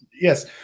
Yes